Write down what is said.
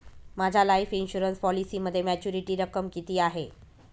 माझ्या life insurance पॉलिसीमध्ये maturity रक्कम किती आहे?